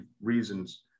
reasons